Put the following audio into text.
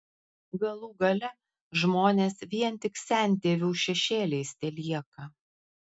galų gale žmonės vien tik sentėvių šešėliais telieka